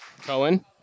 Cohen